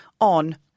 on